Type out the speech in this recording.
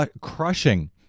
crushing